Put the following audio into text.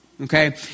Okay